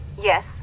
Yes